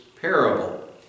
parable